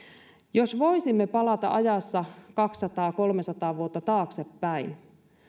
jos voisimme palata ajassa kaksisataa viiva kolmesataa vuotta taaksepäin